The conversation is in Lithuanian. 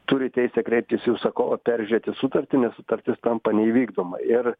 turi teisę kreiptis į užsakovą peržiūrėti sutartį nes sutartis tampa neįvykdoma ir